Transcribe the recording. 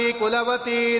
kulavati